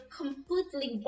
completely